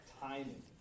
timing